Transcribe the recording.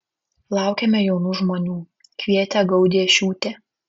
laukiame jaunų žmonių kvietė gaudiešiūtė